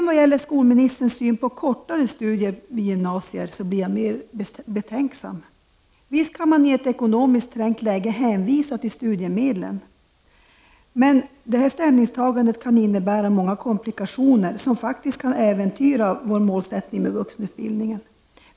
Vad gäller skolministerns syn på kortare studier på gymnasiet blir jag mer betänksam. Visst kan man i ett ekonomiskt trängt läge hänvisa till studiemedlen, men detta ställningstagande rymmer många komplikationer, som faktiskt kan äventyra vår målsättning med vuxenutbildningen.